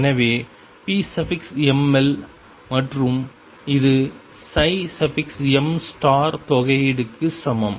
எனவே pml மற்றும் இது m தொகையீடு க்கு சமம்